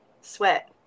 sweat